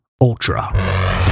Ultra